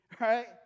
Right